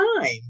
time